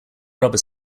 rubber